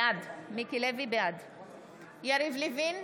בעד יריב לוין,